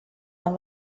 dans